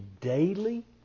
daily